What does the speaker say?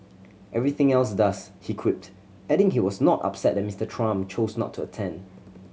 everything else does he quipped adding he was not upset that Mister Trump chose not to attend